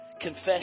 Confess